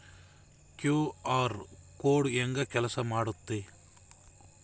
QR code ಹೆಂಗ ಕೆಲಸ ಮಾಡುತ್ತೆ?